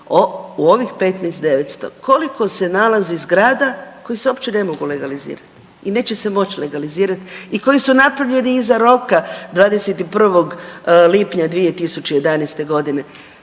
ali u ovih 15.900 koliko se nalazi se zgrada koje se uopće ne mogu legalizirat i neće se moći legalizirati i koji su napravljeni iza roka 21. lipnja 2011.g.